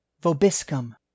Vobiscum